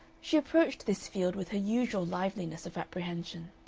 she approached this field with her usual liveliness of apprehension.